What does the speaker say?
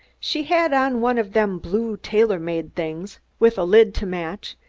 she had on one of them blue tailor-made things with a lid to match,